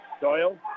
Doyle